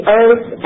earth